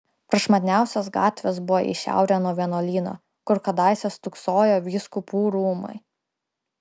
prašmatniausios gatvės buvo į šiaurę nuo vienuolyno kur kadaise stūksojo vyskupų rūmai